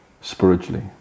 spiritually